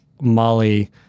Molly